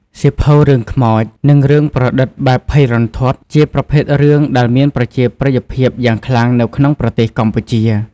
សៀវភៅរឿងខ្មោច និងរឿងប្រឌិតបែបភ័យរន្ធត់ ជាប្រភេទរឿងដែលមានប្រជាប្រិយភាពយ៉ាងខ្លាំងនៅក្នុងប្រទេសកម្ពុជា។